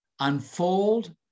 unfold